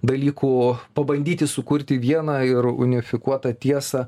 dalykų pabandyti sukurti vieną ir unifikuotą tiesą